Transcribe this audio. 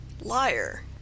Liar